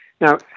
Now